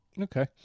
Okay